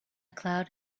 cloud